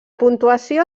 puntuació